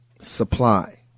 supply